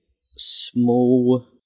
small